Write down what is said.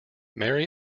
mary